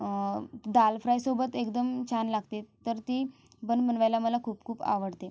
दाल फ्रायसोबत एकदम छान लागते तर ती पण बनवायला मला खूप खूप आवडते